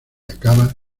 acaba